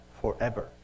forever